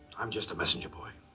i'm just the messenger boy.